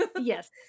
Yes